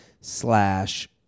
slash